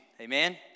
Amen